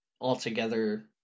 altogether